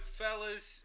fellas